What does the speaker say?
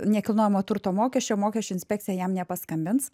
nekilnojamojo turto mokesčio mokesčių inspekciją jam nepaskambins